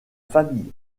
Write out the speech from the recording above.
famille